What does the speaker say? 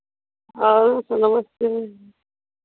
और नमस्ते मैम